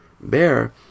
Bear